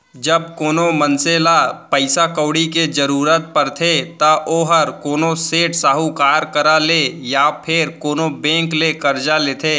जब कोनो मनसे ल पइसा कउड़ी के जरूरत परथे त ओहर कोनो सेठ, साहूकार करा ले या फेर कोनो बेंक ले करजा लेथे